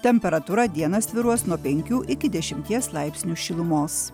temperatūra dieną svyruos nuo penkių iki dešimties laipsnių šilumos